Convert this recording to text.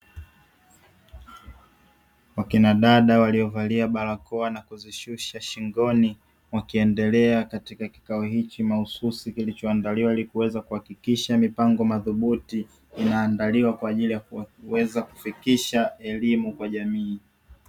Wakina dada waliovalia barakoa na kuzishusha shingoni, wakiendelea katika kikao hiki mahususi kilichoandaliwa ili kuweza kuhakikisha mipango madhubuti inaandaliwa kwa ajili ya kuweza kufikisha elimu kwa jamii.